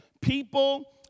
People